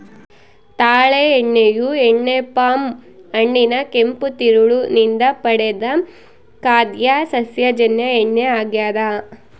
ತಾಳೆ ಎಣ್ಣೆಯು ಎಣ್ಣೆ ಪಾಮ್ ಹಣ್ಣಿನ ಕೆಂಪು ತಿರುಳು ನಿಂದ ಪಡೆದ ಖಾದ್ಯ ಸಸ್ಯಜನ್ಯ ಎಣ್ಣೆ ಆಗ್ಯದ